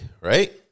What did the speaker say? right